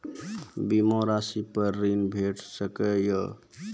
बीमा रासि पर ॠण भेट सकै ये?